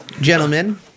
Gentlemen